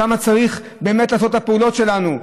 שם צריך באמת לעשות את הפעולות שלנו.